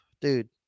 dude